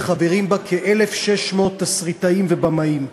וחברים בה כ-1,600 תסריטאים ובמאים.